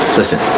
listen